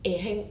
eh hang